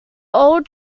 old